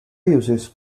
uses